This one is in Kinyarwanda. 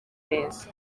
neza